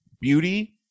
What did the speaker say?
Beauty